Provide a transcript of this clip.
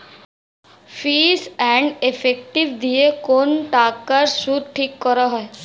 fees and effective দিয়ে কোন টাকার সুদ ঠিক করা হয়